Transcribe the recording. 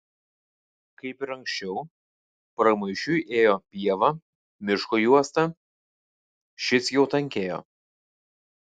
kaip ir anksčiau pramaišiui ėjo pieva miško juosta šis jau tankėjo